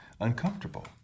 uncomfortable